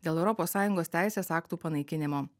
dėl europos sąjungos teisės aktų panaikinimo